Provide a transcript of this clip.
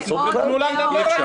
תנו לה לדבר.